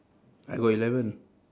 I got eleven